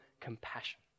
compassion